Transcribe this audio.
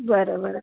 बरं बरं